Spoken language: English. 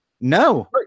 No